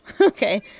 Okay